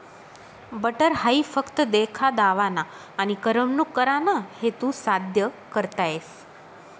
butter हाई फक्त देखा दावाना आनी करमणूक कराना हेतू साद्य करता येस